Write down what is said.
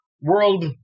world